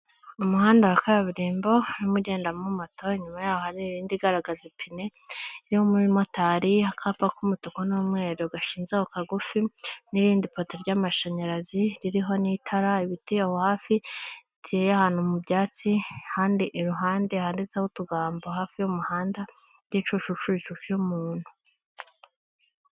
Umuhanda wa kaburimbo n'ugendamo mato nyuma yahondi igaragaza ipine yo muri motari y'akapa k'umutuku n'umweru gashinzeho kagufi n'irindi poto ry'amashanyarazi ririho n'itara ibiti hafikeya ahantu mu byatsi handi iruhande handitseho utugambo hafi y'umuhanda w'igicucucucu cy'umuntu.